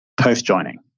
post-joining